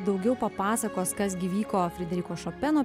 daugiau papasakos kas gi vyko frederiko šopeno